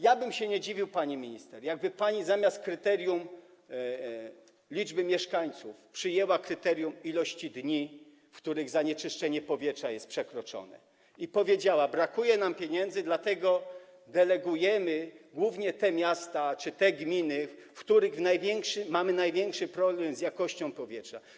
Ja bym się nie dziwił, pani minister, jakby pani zamiast kryterium liczby mieszkańców przyjęła kryterium ilości dni, w których normy zanieczyszczenia powietrza są przekroczone, i powiedziała: brakuje nam pieniędzy, dlatego delegujemy głównie te miasta czy te gminy, w których mamy największy problem z jakością powietrza.